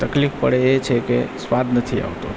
તકલીફ પડે એ છે કે સ્વાદ નથી આવતો